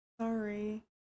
Sorry